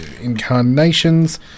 incarnations